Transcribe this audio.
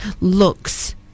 Looks